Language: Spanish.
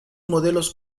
modelos